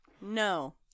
No